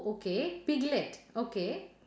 okay piglet okay